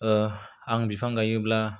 आं बिफां गायोब्ला